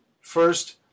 First